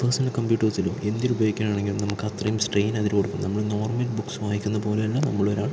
personal കംബ്യൂട്ടേഴ്സിലോ എന്തില് ഉപയോഗിക്കാനാണെങ്കിലും നമക്കത്രയും സ്ട്രെയിൻ അതിൽ വരും നമ്മൾ നോർമൽ ബുക്സ് വായിക്കുന്ന പോലെത്തന്നെ നമ്മൊളൊരാൾ